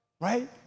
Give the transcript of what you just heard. Right